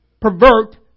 pervert